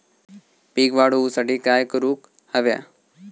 पीक वाढ होऊसाठी काय करूक हव्या?